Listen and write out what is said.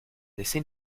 essaie